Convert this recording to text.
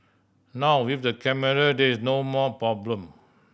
now with the camera there's no more problem